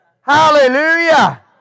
Hallelujah